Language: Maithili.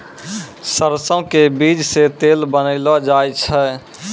सरसों के बीज सॅ तेल बनैलो जाय छै